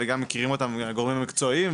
וגם מכירים אותם הגורמים המקצועיים.